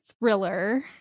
thriller